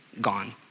gone